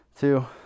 Two